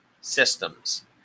Systems